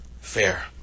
fair